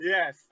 Yes